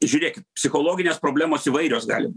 žiūrėkit psichologinės problemos įvairios galima